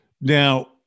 Now